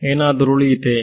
ಏನಾದರೂ ಉಳಿಯಿತೆ